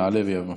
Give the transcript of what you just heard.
יעלה ויבוא.